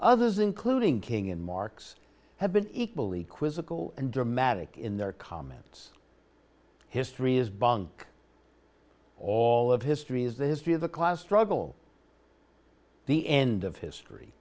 others including king and marx have been equally quizzical and dramatic in their comments history is bunk all of history is the history of the class struggle the end of history